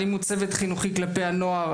אלימות צוות חינוכי כלפי הנוער,